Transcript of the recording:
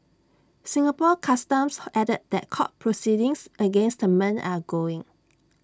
Singapore Customs added that court proceedings against the men are going